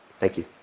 thank you.